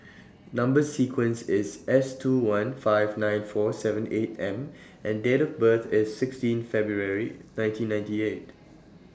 Number sequence IS S two one five nine four seven eight M and Date of birth IS sixteen February nineteen ninety eight